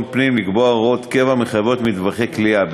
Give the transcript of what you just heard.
הפנים לקבוע הוראות קבע מחייבות למטווחי קליעה.